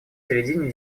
середине